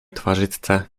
twarzyczce